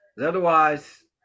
Otherwise